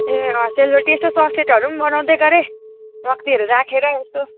ए अँ सेलरोटी यसो ससेटहरू पनि बनाउँदै गर है रक्तिहरू राखेर यसो